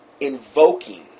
Invoking